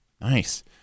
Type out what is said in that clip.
nice